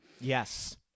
yes